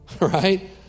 right